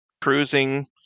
cruising